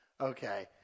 Okay